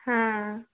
হ্যাঁ